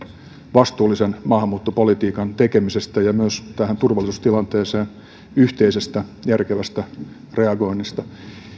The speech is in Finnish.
vastuullisen maahanmuuttopolitiikan tekemisestä ja myös tästä turvallisuustilanteesta yhteisestä järkevästä reagoinnista